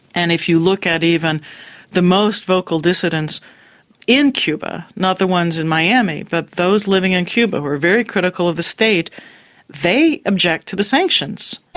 and if you look at even the most vocal dissidents in cuba not the ones in miami, but those living in cuba who are very critical of the state they object to the sanctions.